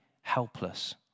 helpless